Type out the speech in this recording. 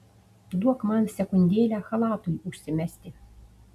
duok man sekundėlę chalatui užsimesti